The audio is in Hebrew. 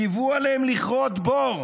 ציוו עליהם לכרות בור,